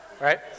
right